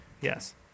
Yes